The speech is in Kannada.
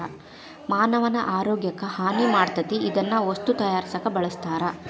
ಮಾನವನ ಆರೋಗ್ಯಕ್ಕ ಹಾನಿ ಮಾಡತತಿ ಇದನ್ನ ವಸ್ತು ತಯಾರಸಾಕು ಬಳಸ್ತಾರ